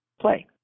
play